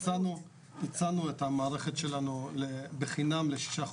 הצענו את המערכת שלנו בחינם לשישה חודשים,